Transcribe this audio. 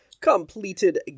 completed